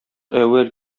әүвәл